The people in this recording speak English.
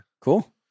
Cool